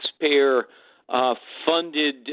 taxpayer-funded